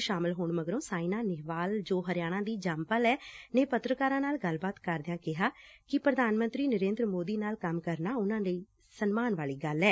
ਸ਼ਾਮਲ ਹੋਣ ਮਗਰੋਂ ਸਾਇਨਾ ਨੇਹਵਾਲ ਜੋ ਹਰਿਆਣਾ ਦੀ ਜੰਮਪਲ ਐ ਨੇ ਪੱਤਰਕਾਰਾਂ ਨਾਲ ਗੱਲਬਾਤ ਕਰਦਿਆਂ ਕਿਹਾ ਕਿ ਪ੍ਧਾਨ ਮੰਤਰੀ ਨਰੇਂਦਰ ਮੋਦੀ ਨਾਲ ਕੰਮ ਕਰਨਾ ਉਨ੍ਹਾਂ ਲਈ ਸਨਮਾਨ ਵਾਲੀ ਗੱਲ ਐ